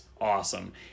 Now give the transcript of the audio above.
awesome